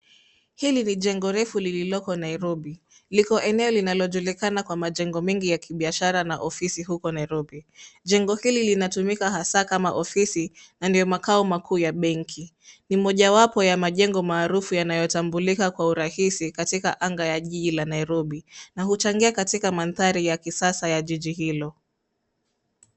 Hili ni jengo refu lililoko Nairobi liko eneo linalojulikana kwa majengo mengi ya kibiashara uku Nairobi. Jengo hili linatumika hasa kama ofisi na ndio makao makuu ya benki ni mojawapo ya majengo maarufu yanayotambulika kwa urahisi katika anga ya jiji la Nairobi na uchangia katika madhari ya kisasa ya jiji hilo.